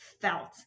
felt